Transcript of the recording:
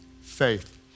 Faith